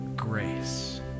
grace